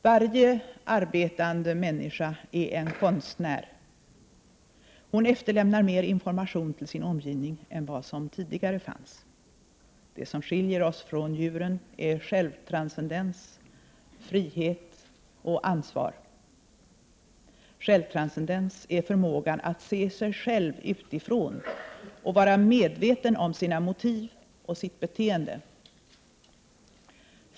”Varje arbetande människa är en konstnär. Hon efterlämnar mer information till sin omgivning än vad som tidigare fanns. Det som skiljer oss från djuren är självtranscendens, frihet och ansvar. Självtranscendens är förmågan att se sig själv utifrån och vara medveten om sina motiv och sitt beteende.